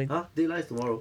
!huh! deadline is tomorrow